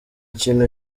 kintu